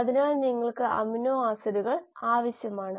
അതിനാൽ നിങ്ങൾക്ക് അമിനോ ആസിഡുകൾ ആവശ്യമാണ്